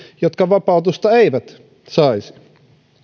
jotka vapautusta eivät saisi